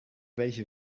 welche